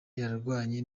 yarwanye